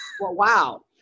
wow